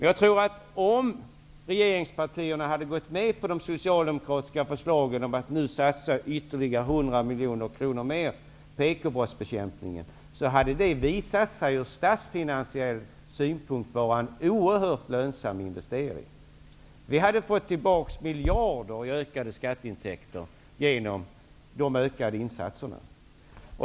Jag tror att om regeringspartierna hade gått med på de socialdemokratiska förslagen att nu satsa ytterligare 100 miljoner kronor på ekobrottsbekämpningen hade det visat sig vara en oerhört lönsam investering från statsfinansiell synpunkt. Vi hade fått tillbaka miljarder i ökade skatteintäkter genom de ökade insatserna.